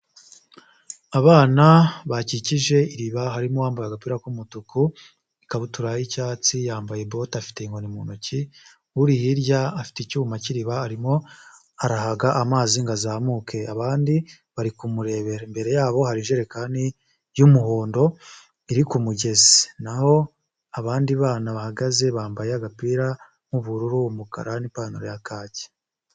Abana bakikije iriba harimo wambaye agapira k'umutuku ikabutura y'icyatsi yambaye bote afite inkoni mu ntoki, uri hirya afite icyuma k'iriba arimo arahaga amazi ngo azamuke abandi bari kumurebera, imbere yabo hari ijerekani y'umuhondo iri ku mugezi naho abandi bana bahagaze bambaye agapira nk'ubururu, umukara n'ipantaro ya kaki.